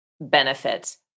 benefits